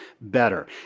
better